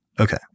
Okay